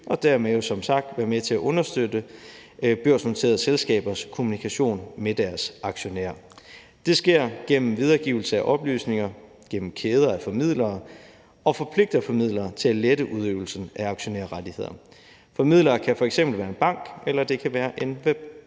som sagt være med til at understøtte børsnoterede selskabers kommunikation med deres aktionærer. Det sker gennem videregivelse af oplysninger, gennem kæder af formidlere og forpligter formidlere til at lette udøvelsen af aktionærrettigheder. Formidlere kan f.eks. være en bank eller en